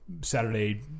Saturday